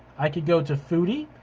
i could go to foodie,